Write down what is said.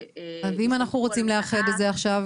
ואם אנחנו רוצים לאחד את זה עכשיו?